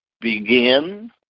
begin